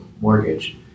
mortgage